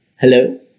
hello